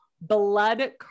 blood